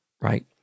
Right